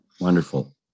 Wonderful